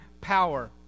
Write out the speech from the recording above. power